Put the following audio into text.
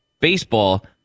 baseball